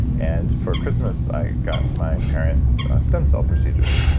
and for christmas i got my and parents stem cell procedures.